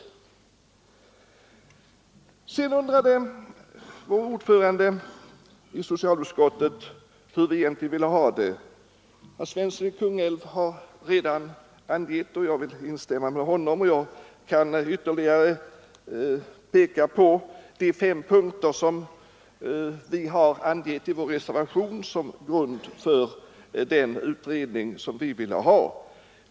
Socialutskottets ordförande undrade hur vi egentligen ville ha det. Herr Svensson i Kungälv har redan svarat på det, och jag vill instämma med honom. Jag kan ytterligare peka på de fem punkter som vi i reservationen 1 angivit som grund för den utredning vi föreslagit.